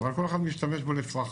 אבל כל אחד משתמש בו לצרכיו.